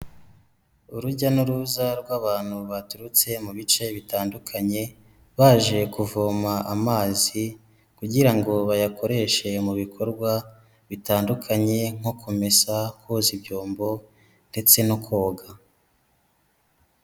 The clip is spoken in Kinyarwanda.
Urujya n'uruza rw'abantu baturutse mu bice bitandukanye, baje kuvoma amazi, kugira ngo bayakoreshe mu bikorwa bitandukanye, nko kumesa, koza ibyombo, ndetse no koga.